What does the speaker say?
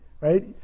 right